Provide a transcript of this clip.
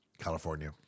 California